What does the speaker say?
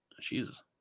Jesus